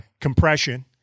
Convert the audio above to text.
compression